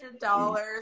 dollars